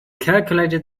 calculated